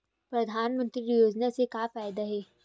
परधानमंतरी योजना से का फ़ायदा हे?